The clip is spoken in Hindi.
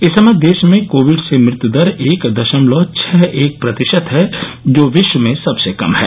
इस समय देश में कोविड से मृत्यु दर केवल एक दशमलव छह एक प्रतिशत है जो विश्व में सबसे कम है